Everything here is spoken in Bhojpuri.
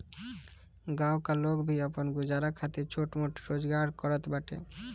गांव का लोग भी आपन गुजारा खातिर छोट मोट रोजगार करत बाटे